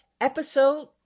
episode